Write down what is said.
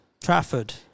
Trafford